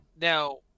Now